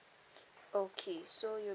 okay so you'll